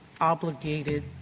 obligated